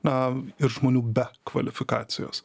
na ir žmonių be kvalifikacijos